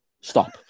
stop